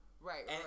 Right